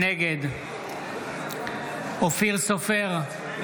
נגד אופיר סופר,